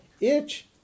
itch